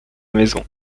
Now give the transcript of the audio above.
maison